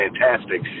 fantastic